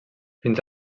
fins